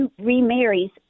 remarries